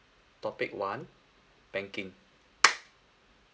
topic one banking